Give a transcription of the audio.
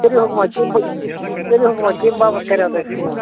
کٔرِو حُکما کٔرِو حُکما کیٚم باپتھ کریاو تۄہہِ فون